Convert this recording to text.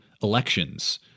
elections